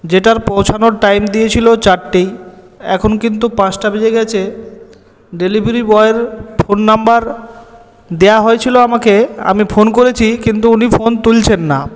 যেটার পৌঁছানোর টাইম দিয়েছিল চারটে এখন কিন্তু পাঁচটা বেজে গেছে ডেলিভারি বয়ের ফোন নম্বর দেওয়া হয়েছিল আমাকে আমি ফোন করেছি কিন্তু উনি ফোন তুলছেন না